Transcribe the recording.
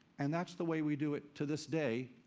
and that's the way we do it to this day,